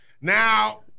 Now